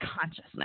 consciousness